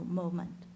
moment